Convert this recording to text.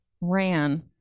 Ran